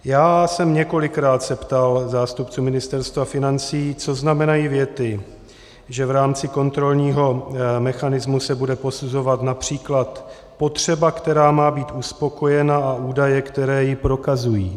Já jsem se několikrát ptal zástupců Ministerstva financí, co znamenají věty, že v rámci kontrolního mechanismu se bude posuzovat např. potřeba, která má být uspokojena, a údaje, které ji prokazují.